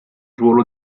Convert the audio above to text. ruolo